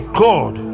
god